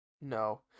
no